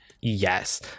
Yes